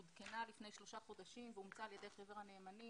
עודכנה לפני 3 חודשים ואומצה על ידי חבר הנאמנים